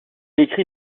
écrit